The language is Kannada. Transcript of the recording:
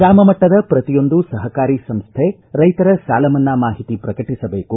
ಗ್ರಾಮ ಮಟ್ಟದ ಪ್ರತಿಯೊಂದು ಸಹಕಾರಿ ಸಂಸ್ಥೆ ರೈತರ ಸಾಲ ಮನ್ನಾ ಮಾಹಿತಿ ಪ್ರಕಟಿಸಬೇಕು